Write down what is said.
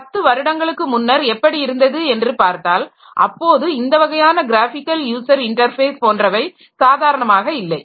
10 வருடங்களுக்கு முன்னர் எப்படி இருந்தது என்று பார்த்தால் அப்போது இந்த வகையான க்ராஃபிக்கல் யூசர் இன்டர்ஃபேஸ் போன்றவை சாதாரணமாக இல்லை